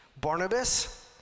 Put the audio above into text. Barnabas